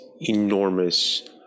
enormous